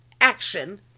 action